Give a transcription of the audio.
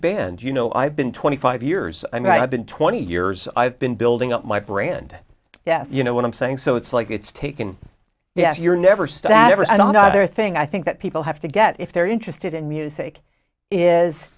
band you know i've been twenty five years i mean i've been twenty years i've been building up my brand yes you know what i'm saying so it's like it's taken yeah you're never staffer and other thing i think that people have to get if they're interested in music is